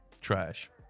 Trash